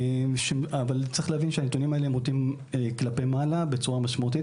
אבל צריך להבין שהנתונים האלה מוטים כלפי מעלה בצורה משמעותית,